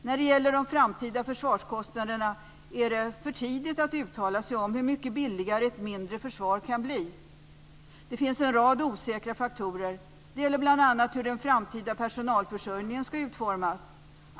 När det gäller de framtida försvarskostnaderna är det för tidigt att uttala sig om hur mycket billigare ett mindre försvar kan bli. Det finns en rad osäkra faktorer. De gäller bl.a. hur den framtida personalförsörjningen ska utformas.